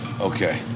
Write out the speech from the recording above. Okay